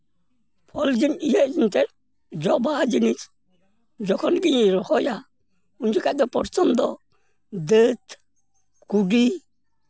ᱡᱚ ᱵᱟᱦᱟ ᱡᱤᱱᱤᱥ ᱡᱚᱠᱷᱚᱱᱜᱤᱧ ᱨᱚᱦᱚᱭᱟ ᱩᱱᱡᱚᱠᱷᱚᱡ ᱯᱨᱚᱛᱷᱚᱢ ᱫᱚ ᱫᱟᱹᱛ ᱠᱩᱜᱤ